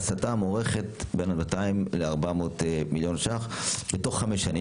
ההסתה מוערכת בין 200 ל-400 מיליון שקלים בתוך חמש שנים.